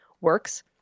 works